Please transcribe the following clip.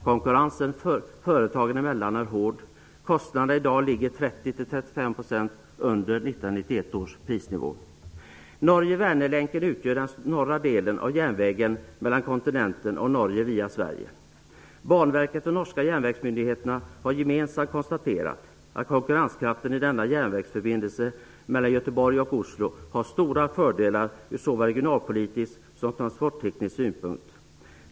Konkurrensen mellan företagen är hård. Kostnaderna ligger i dag 30--35 % under 1991 års prisnivå. Sverige. Banverket och de norska järnvägsmyndigheterna har gemensamt konstaterat att konkurrenskraften i denna järnvägsförbindelse mellan Göteborg och Oslo har stora fördelar ur såväl regionalpolitisk som transportteknisk synpunkt.